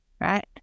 right